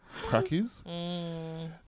crackies